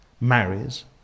marries